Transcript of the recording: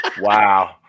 Wow